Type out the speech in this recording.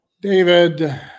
David